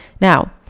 Now